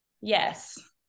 Yes